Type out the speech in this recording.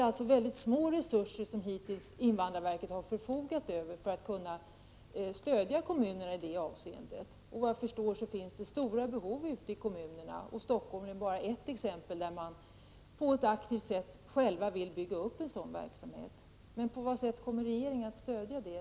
Hittills har invandrarverket förfogat över mycket små resurser för att kunna stödja kommunerna i detta avseende. Såvitt jag förstår finns det stora behov ute i kommunerna. Stockholm är bara ett exempel på att man på ett aktivt sätt själv vill bygga upp en sådan verksamhet.